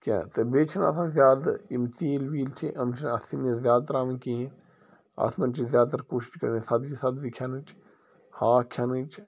کینٛہہ تہٕ بیٚیہِ چھِنہٕ آسان زیادٕ یِم تیٖل ویٖل چھِ یِم چھِنہٕ اَتھ سِنِس زیادٕ ترٛاوٕنۍ کِہیٖنۍ اَتھ منٛز چھِ زیادٕ تَر کوٗشِش کَرٕنۍ سبزی سبزی کھٮ۪نٕچ ہاکھ کھٮ۪نٕچ